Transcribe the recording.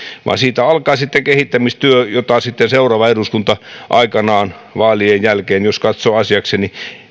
vaan siitä alkaa sitten kehittämistyö jota sitten seuraava eduskunta aikanaan vaalien jälkeen jos katsoo asiakseen